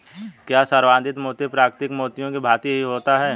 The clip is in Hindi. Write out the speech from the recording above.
क्या संवर्धित मोती प्राकृतिक मोतियों की भांति ही होता है?